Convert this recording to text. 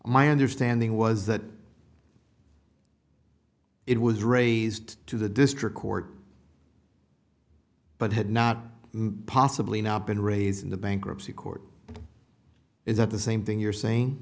my understanding was that it was raised to the district court but had not possibly not been raised in the bankruptcy court is that the same thing you're saying